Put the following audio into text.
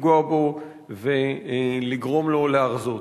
לפגוע בו ולגרום לו לרזות.